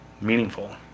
meaningful